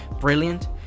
brilliant